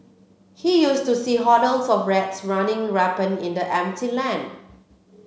he used to see hordes of rats running rampant in the empty land